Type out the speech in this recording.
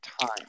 time